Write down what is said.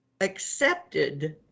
Accepted